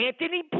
Anthony